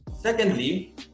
Secondly